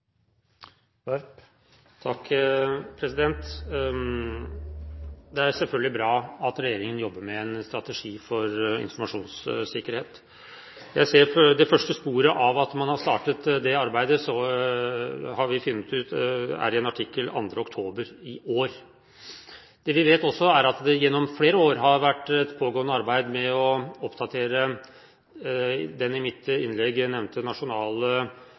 Det er selvfølgelig bra at regjeringen jobber med en strategi for informasjonssikkerhet. Vi fant det første sporet av at man har startet det arbeidet, i en artikkel 2. oktober i år. Det vi også vet, er at det gjennom flere år har vært et pågående arbeid med å oppdatere de i mitt innlegg nevnte